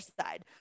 side